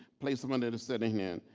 place them under the sitting hen.